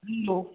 hello